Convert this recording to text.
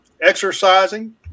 exercising